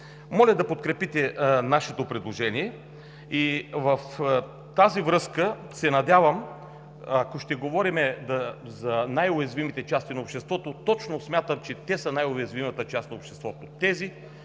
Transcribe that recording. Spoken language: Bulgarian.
моля да подкрепите нашето предложение. В тази връзка се надявам, ако ще говорим за най-уязвимите части на обществото, смятам, че точно те са най-уязвимата част на обществото – тези,